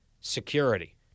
security